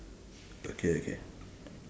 okay okay